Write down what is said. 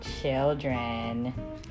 children